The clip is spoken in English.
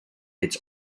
its